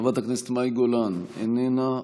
חברת הכנסת מאי גולן, איננה.